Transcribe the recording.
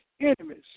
enemies